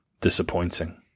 disappointing